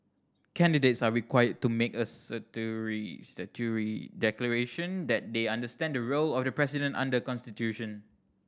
candidates are required to make a declaration that they understand the role of the president under constitution